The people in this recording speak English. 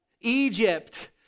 Egypt